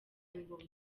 ingoma